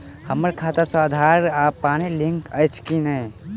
हम्मर खाता सऽ आधार आ पानि लिंक अछि की नहि?